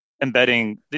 embedding